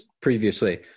previously